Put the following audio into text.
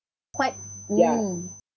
quite mm